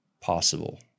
possible